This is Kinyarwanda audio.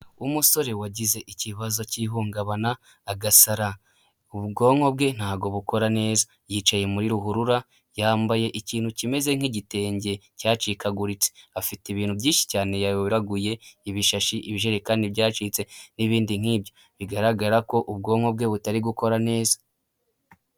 Umusore wagize ikibazo cy'ihungabana agasara ubwonko bwe ntago bukora neza, yicaye muri ruhurura yambaye ikintu kimeze nk'igitenge cyacikaguritse, afite ibintu byinshi cyane yayoraguye ibishashi, ibijerekani byacitse, n'ibindi nk'ibyo bigaragara ko ubwonko bwe butari gukora neza.